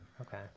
Okay